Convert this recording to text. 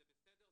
זה בסדר,